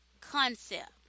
concept